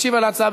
משיב על ההצעה,